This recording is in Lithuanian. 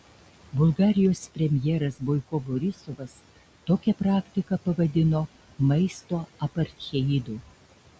bulgarijos premjeras boiko borisovas tokią praktiką pavadino maisto apartheidu